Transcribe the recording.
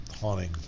haunting